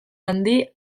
handi